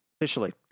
officially